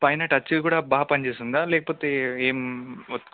పైన టచ్ కూడా బాగా పనిచేస్తుందా లేకపోతే ఏం వొత్